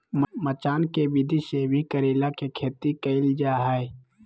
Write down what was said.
मचान के विधि से भी करेला के खेती कैल जा हय